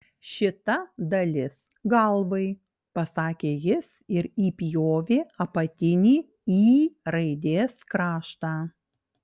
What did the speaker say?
šita dalis galvai pasakė jis ir įpjovė apatinį y raidės kraštą